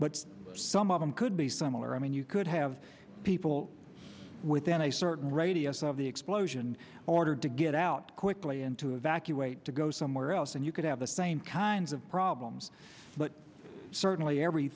but some of them could be similar i mean you could have people within a certain radius of the explosion ordered to get out quickly and to evacuate to go somewhere else and you could have the same kinds of problems but certainly every